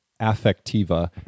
Affectiva